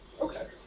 Okay